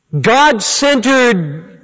God-centered